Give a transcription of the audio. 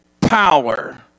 power